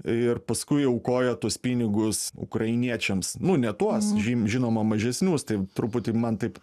ir paskui aukoja tuos pinigus ukrainiečiams nu ne tuos žim žinoma mažesnius taip truputį man taip